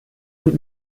sind